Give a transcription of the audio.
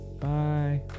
Bye